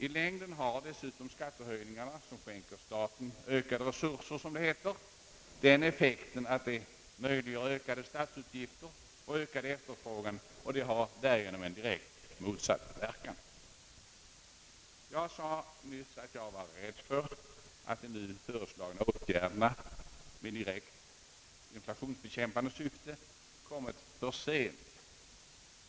I längden har dessutom skattehöjningarna vilka — såsom det heter — skänker staten ökade resurser den effekten, att de möjliggör höjda statsutgifter och därigenom i sin tur skapar ökad efterfrågan, och de får därigenom en verkan direkt motsatt den avsedda. Jag sade nyss att jag fruktade att de nu föreslagna åtgärderna i direkt inflationsbekämpande syfte kommit för sent.